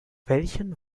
welchen